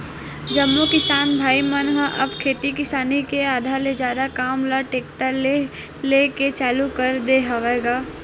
जम्मो किसान भाई मन ह अब खेती किसानी के आधा ले जादा काम ल टेक्टर ले ही लेय के चालू कर दे हवय गा